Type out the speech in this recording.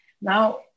Now